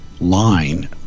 line